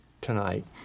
tonight